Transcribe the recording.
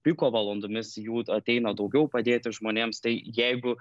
piko valandomis jų ateina daugiau padėti žmonėms tai jeigu